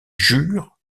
jure